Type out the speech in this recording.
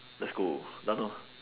let's go done lor